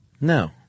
No